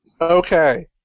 Okay